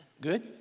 Good